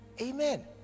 amen